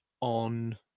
on